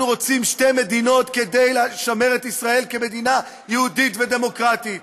אנחנו רוצים שתי מדינות כדי לשמר את ישראל כמדינה יהודית ודמוקרטית,